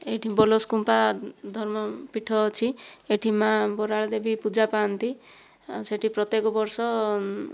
ଏଇଠି ବୋଲସକୁମ୍ପା ଧର୍ମପୀଠ ଅଛି ଏଠି ମା' ବରାଳଦେବୀ ପୂଜା ପାଆନ୍ତି ସେଠି ପ୍ରତ୍ୟେକ ବର୍ଷ